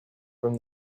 from